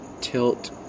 tilt